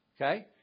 okay